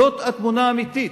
זאת התמונה האמיתית,